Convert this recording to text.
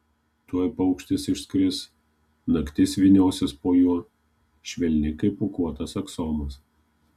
tuoj paukštis išskris naktis vyniosis po juo švelni kaip pūkuotas aksomas